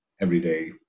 everyday